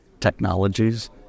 technologies